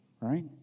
right